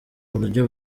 buryo